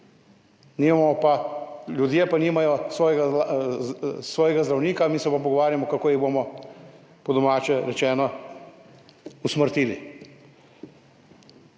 Ljudje nimajo svojega zdravnika, mi se pa pogovarjamo, kako jih bomo po domače rečeno usmrtili.